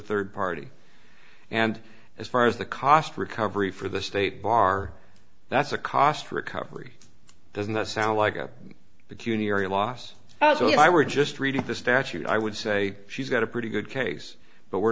third party and as far as the cost recovery for the state bar that's a cost recovery does not sound like a peculiar loss so if i were just reading the statute i would say she's got a pretty good case but we're